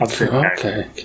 Okay